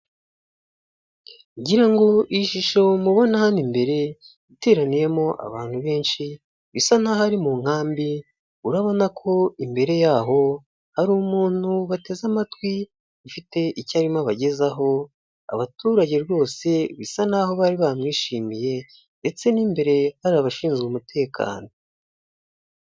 Ngira ngo iyi shusho mubona hano imbere, yateraniyemo abantu benshi bisa n'aho ari mu nkambi, urabona ko imbere yaho hari umuntu bateze amatwi, afite icyo arimo abagezaho, abaturage rwose bisa n'aho bari bamwishimiye, ndetse n'imbere hari abashinzwe umutekano.